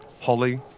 holly